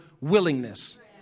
willingness